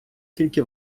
тільки